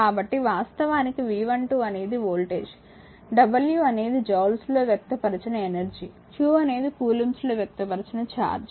కాబట్టి వాస్తవానికి V12 అనేది వోల్టేజ్ w అనేది జూల్స్లో వ్యక్తపరిచిన ఎనర్జీ q అనేది కూలుంబ్స్లో వ్యక్తపరిచిన చార్జ్